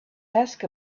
ask